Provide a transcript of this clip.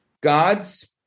God's